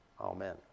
Amen